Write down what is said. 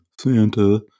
Santa